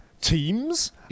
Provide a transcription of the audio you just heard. teams